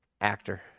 actor